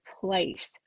place